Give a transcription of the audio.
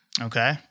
Okay